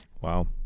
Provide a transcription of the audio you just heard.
Wow